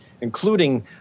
including